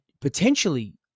Potentially